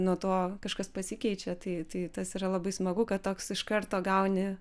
nuo to kažkas pasikeičia tai tai tas yra labai smagu kad toks iš karto gauni